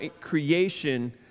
creation